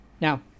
Now